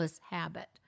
habit